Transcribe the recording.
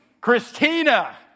Christina